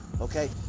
Okay